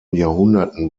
jahrhunderten